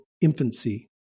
infancy